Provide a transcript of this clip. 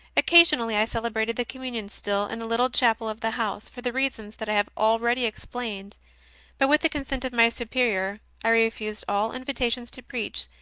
occasionally i celebrated the com munion still in the little chapel of the house, for the reasons that i have already explained but, with the consent of my superior, i refused all invitations to preach,